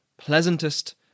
pleasantest